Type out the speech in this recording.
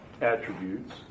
attributes